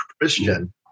christian